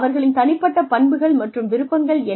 அவர்களின் தனிப்பட்ட பண்புகள் மற்றும் விருப்பங்கள் என்னென்ன